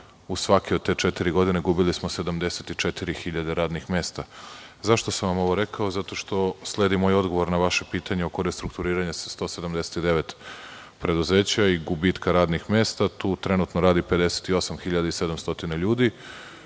u svake od te četiri godine, izgubili smo 74.000 radnih mesta.Zašto sam vam ovo rekao? Zato što sledi moj odgovor na vaše pitanje oko restrukturiranja 179 preduzeća i gubitka radnih mesta. Tu trenutno radi 58.700 ljudi.